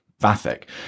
Vathek